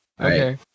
Okay